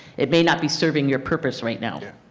it may not be serving your purpose right now.